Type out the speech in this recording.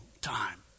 time